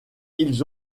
ils